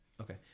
Okay